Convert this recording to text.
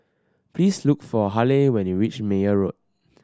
please look for Haleigh when you reach Meyer Road